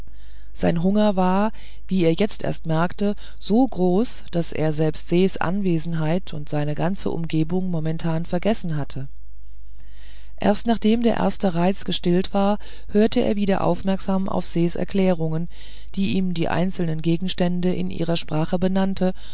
sein hunger war wie er jetzt erst merkte so groß daß er selbst ses anwesenheit und seine ganze umgebung momentan vergessen hatte erst nachdem der erste reiz gestillt war hörte er wieder aufmerksam auf ses erklärungen die ihm die einzelnen gegenstände in ihrer sprache benannte